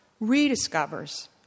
rediscovers